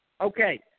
Okay